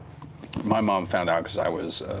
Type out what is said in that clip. my mom found out because i was